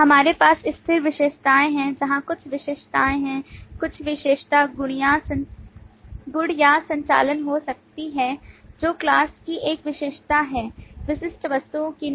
हमारे पास स्थिर विशेषताएं हैं जहां कुछ विशेषताएं हैं कुछ विशेषता गुणया संचालन हो सकती है जो class की एक विशेषता है विशिष्ट वस्तुओं की नहीं